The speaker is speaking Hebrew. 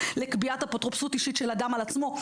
לקביעת אפוטרופסות אישית של אדם על עצמו.